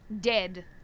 Dead